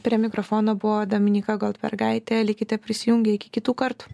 prie mikrofono buvo dominyka goldbergaitė likite prisijungę iki kitų kartų